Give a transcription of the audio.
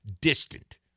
distant